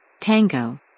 Tango